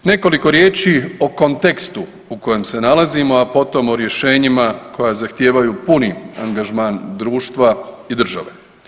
Nekoliko riječi o kontekstu u kojem se nalazimo, a potom o rješenjima koja zahtijevaju puni angažman društva i države.